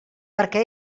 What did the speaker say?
perquè